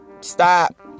stop